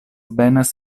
benas